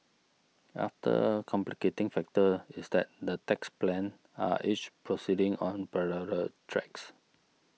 after complicating factor is that the tax plans are each proceeding on parallel tracks